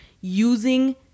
using